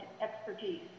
expertise